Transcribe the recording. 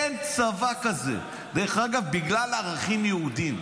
אין צבא כזה, דרך אגב, בגלל ערכים יהודיים.